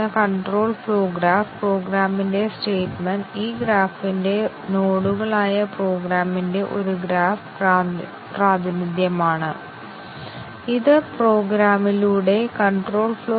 ഉദാഹരണത്തിന് ഈ സാഹചര്യത്തിൽ ഈ സ്റ്റേറ്റ്മെൻറ്ഇൽ രണ്ട് ബേസിക് വ്യവസ്ഥകളുണ്ട് ഇവയിൽ ഓരോന്നും ശരിയും തെറ്റായ മൂല്യങ്ങളും എടുക്കേണ്ടതുണ്ട്